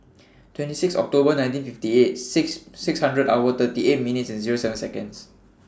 twenty six October nineteen fifty eight six six hundred hour thirty eight minutes and Zero seven Seconds